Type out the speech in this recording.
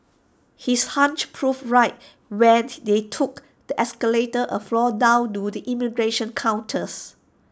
his hunch proved right when they took the escalators A floor down to the immigration counters